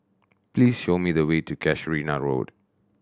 please show me the way to Casuarina Road